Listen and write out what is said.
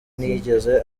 ntiyigeze